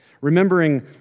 Remembering